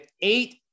eight